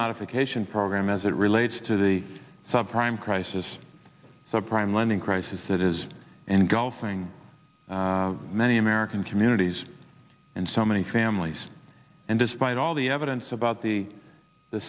modification program as it relates to the subprime crisis subprime lending crisis that is and golfing many american communities and so many families and despite all the evidence about the